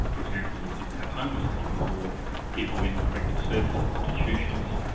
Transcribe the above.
for example it didn't have homeless people, or people in corrective service institutions,